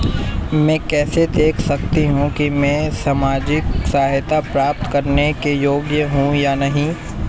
मैं कैसे देख सकती हूँ कि मैं सामाजिक सहायता प्राप्त करने के योग्य हूँ या नहीं?